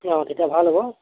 অঁ তেতিয়া ভাল হ'ব